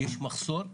יש מחסור,